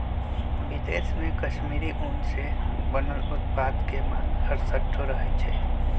विदेश में कश्मीरी ऊन से बनल उत्पाद के मांग हरसठ्ठो रहइ छै